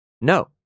No